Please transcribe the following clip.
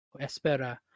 Espera